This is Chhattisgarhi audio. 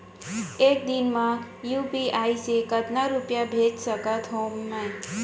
एक दिन म यू.पी.आई से कतना रुपिया भेज सकत हो मैं?